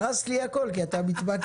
הרס לי הכול כי אתה מתווכח,